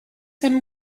them